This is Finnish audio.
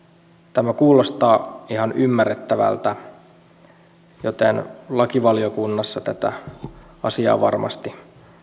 tämä kuulostaa ihan ymmärrettävältä joten lakivaliokunnassa tätä asiaa varmasti